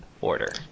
order